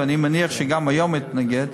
ואני מניח שגם היום הוא יתנגד,